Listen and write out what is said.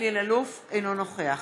אינו נוכח